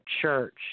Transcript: church